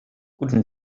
guten